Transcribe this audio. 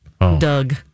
Doug